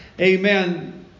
Amen